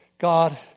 God